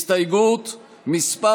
הסתייגות מס'